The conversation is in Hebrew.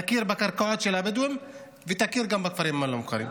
תכיר בקרקעות של הבדואים ותכיר גם בכפרים הלא-מוכרים.